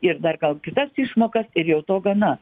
ir dar gal kitas išmokas ir jau to gana